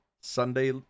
Sunday